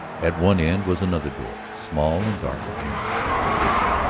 at one end was another door, small and dark and forbidding,